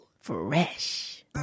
Fresh